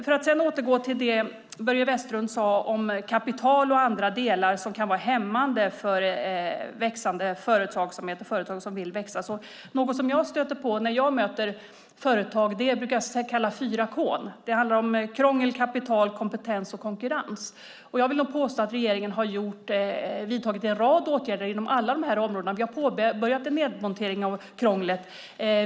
Börje Vestlund nämnde kapital och annat som kan vara hämmande för företag som vill växa. Något som jag stöter på när jag möter företag är vad jag brukar kalla för fyra k, nämligen krångel, kapital, kompetens och konkurrens. Jag vill påstå att regeringen har vidtagit en rad åtgärder inom alla de områdena. Vi har påbörjat en nedmontering av krånglet.